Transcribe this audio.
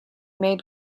made